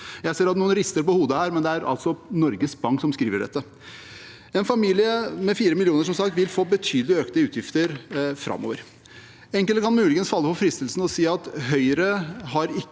Jeg ser at noen rister på hodet her, men det er altså Norges Bank som skriver dette. En familie med 4 mill. kr i lån vil som sagt få betydelig økte utgifter framover. Enkelte kan muligens falle for fristelsen til å si at Høyre ikke